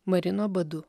marino badu